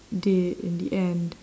did in the end